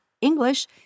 English